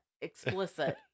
Explicit